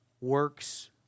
works